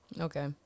okay